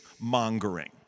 mongering